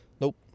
nope